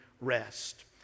rest